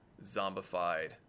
zombified